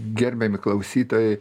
gerbiami klausytojai